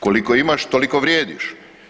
Koliko imaš toliko vrijediš.